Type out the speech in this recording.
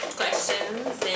questions